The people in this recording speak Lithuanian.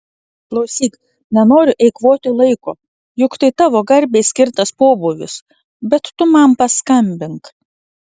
klausyk nenoriu eikvoti laiko juk tai tavo garbei skirtas pobūvis bet tu man paskambink